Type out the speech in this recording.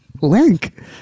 Link